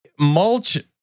mulch